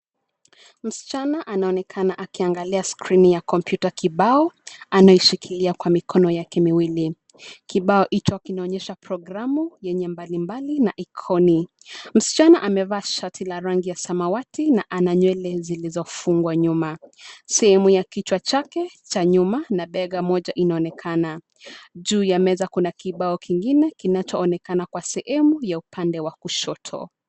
Msichana anaonekana akiangalia skrini ya kompyuta kibao, anaishikilia kwa mikono yake miwili. Kibao hicho kinaonyesha programu yenye mbalimbali na ikoni. Msichana amevaa shati la rangi ya samawati na ana nywele zilizofungwa nyuma. Sehemu ya kichwa chake cha nyuma na bega moja inaonekana. Juu ya meza kuna kibao kingine kinachoonekana kwa sehemu ya upande wa kushoto.